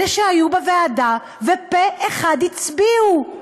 אלה שהיו בוועדה, ופה-אחד הצביעו.